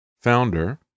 founder